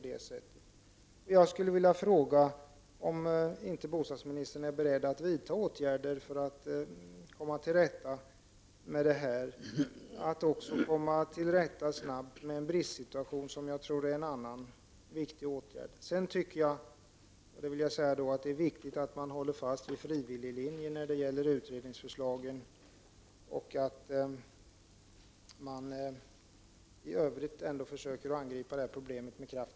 dessa problem och även snabbt komma till rätta med den bristsituation som råder? Det är enligt min mening viktigt att sätta in åtgärder på detta område. Vidare menar jag att det är viktigt att man håller fast vid frivilliglinjen när det gäller utredningsförslagen och att man i övrigt ändå försöker angripa detta problem med kraft.